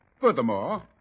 Furthermore